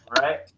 right